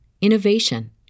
innovation